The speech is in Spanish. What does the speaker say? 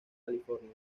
california